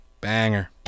Banger